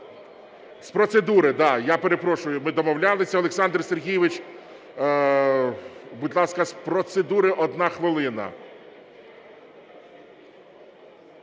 З процедури, да, я перепрошую, ми домовлялись. Олександр Сергійович, будь ласка, з процедури 1 хвилина.